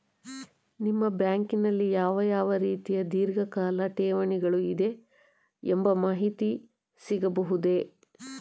ನಿಮ್ಮ ಬ್ಯಾಂಕಿನಲ್ಲಿ ಯಾವ ಯಾವ ರೀತಿಯ ಧೀರ್ಘಕಾಲ ಠೇವಣಿಗಳು ಇದೆ ಎಂಬ ಮಾಹಿತಿ ಸಿಗಬಹುದೇ?